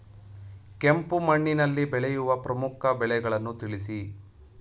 ಕೆಂಪು ಮಣ್ಣಿನಲ್ಲಿ ಬೆಳೆಯುವ ಪ್ರಮುಖ ಬೆಳೆಗಳನ್ನು ತಿಳಿಸಿ?